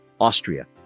Austria